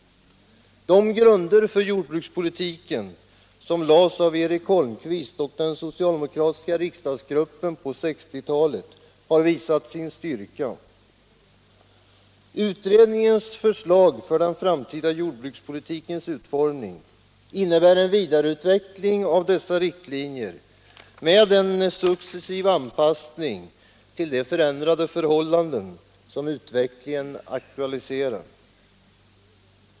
De grunder för jordbrukspolitiken som lades av Eric Holmqvist och den socialdemokratiska riksdagsgruppen på 1960-talet har visat sin styrka. Utredningens förslag för der framtida jordbrukspolitikens utformning innebär en vidareutveckling av dessa riktlinjer med en successiv anpassning till de ändrade förhållanden som utvecklingen aktualiserar.